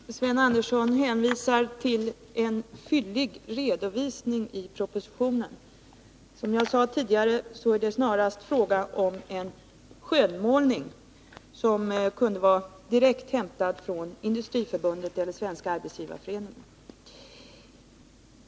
Herr talman! Sven Andersson hänvisar till en fyllig redovisning i propositionen. Som jag sade tidigare är det snarast fråga om en skönmålning som kunde vara direkt hämtad från Industriförbundet eller Svenska arbetsgivareföreningen.